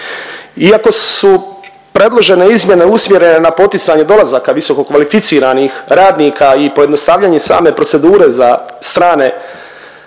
Iako su predložene izmjene usmjerene na poticanje dolazaka visoko kvalificiranih radnika i pojednostavljanje same procedure za strane